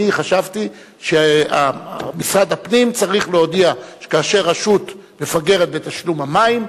אני חשבתי שמשרד הפנים צריך להודיע שכאשר רשות מפגרת בתשלום המים,